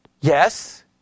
Yes